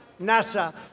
NASA